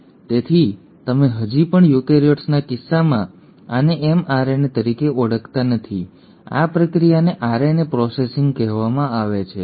હવે આ પ્રક્રિયા તેથી તમે હજી પણ યુકેરીયોટ્સના કિસ્સામાં આને એમઆરએનએ તરીકે ઓળખાવતા નથી આ પ્રક્રિયાને આરએનએ પ્રોસેસિંગ કહેવામાં આવે છે